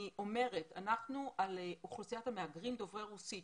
אני אומרת שאנחנו על אוכלוסיית המהגרים דוברי רוסית,